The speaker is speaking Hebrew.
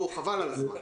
בוא, חבל על הזמן.